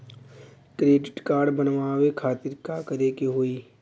Credit card बनवावे खातिर का करे के होई?